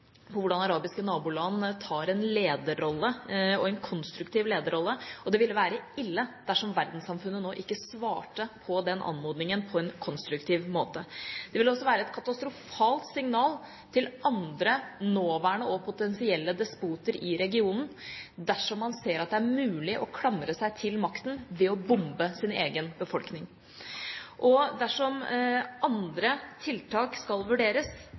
på hvordan arabiske naboland tar en konstruktiv lederrolle, og det ville være ille dersom verdenssamfunnet nå ikke svarte på den anmodningen på en konstruktiv måte. Det ville også være et katastrofalt signal til andre nåværende og potensielle despoter i regionen dersom man ser at det er mulig å klamre seg til makten ved å bombe sin egen befolkning. Og dersom andre tiltak skal vurderes,